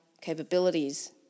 capabilities